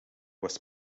was